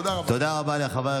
תודה רבה.